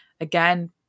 again